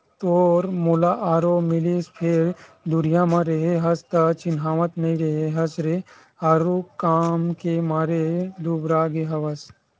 तोर मोला आरो मिलिस फेर दुरिहा म रेहे हस त चिन्हावत नइ रेहे हस रे आरुग काम के मारे दुबरागे हवस